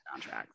soundtrack